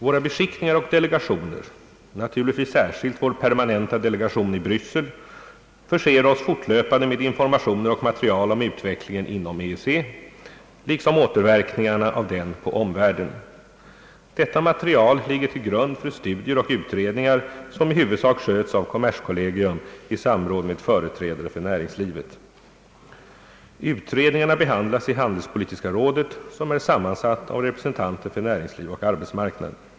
Våra beskickningar och delegationer, naturligtvis särskilt vår permanenta delegation i Bryssel, förser oss fortlöpande med informationer och material om utvecklingen inom EEC liksom återverkningarna av den på omvärlden. Detta material ligger till grund för studier och utredningar som i huvudsak sköts av kommerskollegium i samråd med företrädare för näringslivet. Utredningarna behandlas i handelspolitiska rådet som är sammansatt av representanter för näringsliv och arbetsmarknad.